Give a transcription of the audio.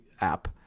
app